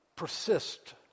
persist